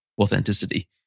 authenticity